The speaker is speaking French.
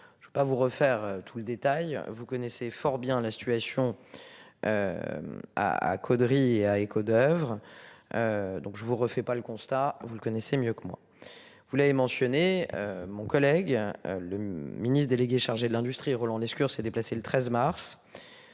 Je ne peux pas vous refaire tout le détail vous connaissez fort bien la situation. À à Caudry à Escaudoeuvres. Donc je vous refais pas le constat, vous le connaissez mieux que moi. Vous l'avez mentionné. Mon collègue, le ministre délégué chargé de l'Industrie Roland Lescure s'est déplacé, le 13 mars.